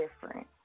different